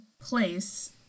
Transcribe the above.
place